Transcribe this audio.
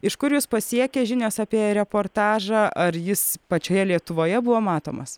iš kur jus pasiekė žinios apie reportažą ar jis pačioje lietuvoje buvo matomas